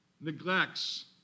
neglects